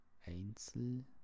Einzel